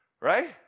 right